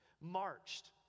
Marched